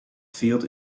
field